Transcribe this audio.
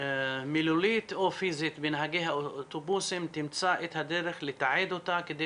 מילולית או פיזית בנהגי אוטובוסים תימצא הדרך לתעד אותה כדי